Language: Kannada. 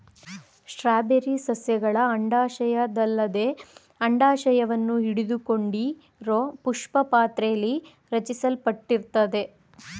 ಸ್ಟ್ರಾಬೆರಿ ಸಸ್ಯಗಳ ಅಂಡಾಶಯದಲ್ಲದೆ ಅಂಡಾಶವನ್ನು ಹಿಡಿದುಕೊಂಡಿರೋಪುಷ್ಪಪಾತ್ರೆಲಿ ರಚಿಸಲ್ಪಟ್ಟಿರ್ತದೆ